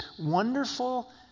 wonderful